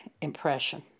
impression